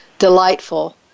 delightful